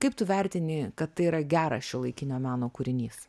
kaip tu vertini kad tai yra geras šiuolaikinio meno kūrinys